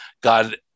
God